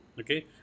okay